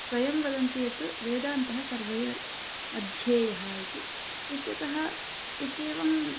स्वयं वदन्ति यत् वेदान्तः सर्वैरध्येयः इति इत्यतः इत्येवम्